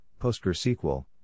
PostgreSQL